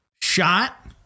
shot